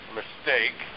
mistake